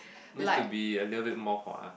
needs to be a little bit more for us